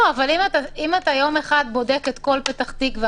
אם ביום אחד אתה בודק את כל פתח תקווה,